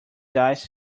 dice